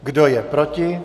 Kdo je proti?